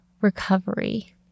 recovery